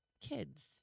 kids